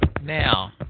Now